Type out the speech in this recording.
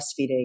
breastfeeding